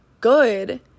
good